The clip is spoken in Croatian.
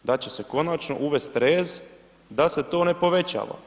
Da će se konačno uvest rez da se to ne povećava.